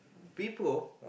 Vivo